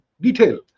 detail